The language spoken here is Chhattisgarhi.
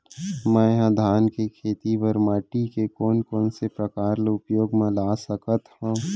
मै ह धान के खेती बर माटी के कोन कोन से प्रकार ला उपयोग मा ला सकत हव?